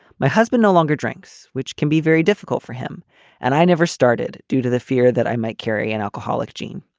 my husband no longer drinks, which can be very difficult for him and i never started due to the fear that i might carry an alcoholic gene.